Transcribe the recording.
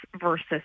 versus